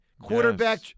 quarterback